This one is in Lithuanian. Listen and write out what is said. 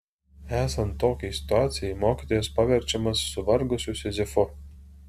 esant tokiai situacijai mokytojas paverčiamas suvargusiu sizifu